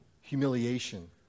humiliation